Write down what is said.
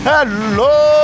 Hello